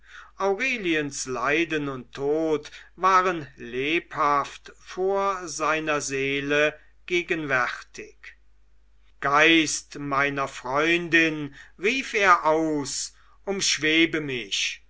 aureliens leiden und tod waren lebhaft vor seiner seele gegenwärtig geist meiner freundin rief er aus umschwebe mich